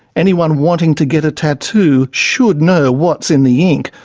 anyone wanting to get a tattoo should know what's in the ink,